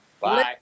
Bye